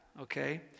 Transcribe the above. okay